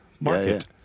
market